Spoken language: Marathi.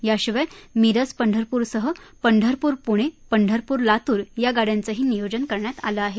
याशिवाय मिरज पंढरपूर सह पंढरपूर पुणे पंढरपूर लातूर या गाड्यांचंही नियोजन करण्यात आलं आहे